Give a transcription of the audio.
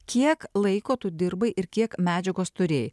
kiek laiko tu dirbai ir kiek medžiagos turėjai